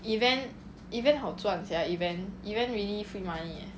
event event 好赚 sia event event really free money eh